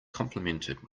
complimented